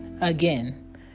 Again